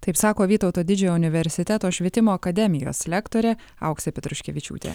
taip sako vytauto didžiojo universiteto švietimo akademijos lektorė auksė petruškevičiūtė